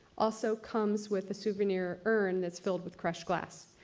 also comes with a souvenir urn that's filled with crushed glass.